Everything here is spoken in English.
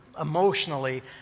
emotionally